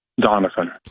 Donovan